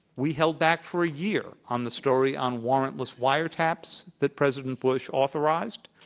we held back for a year on the story on warrantless wiretaps that president bush authorized.